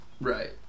right